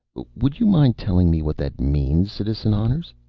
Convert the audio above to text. would you mind telling me what that means, citizen honners?